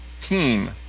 Team